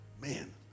Man